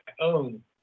own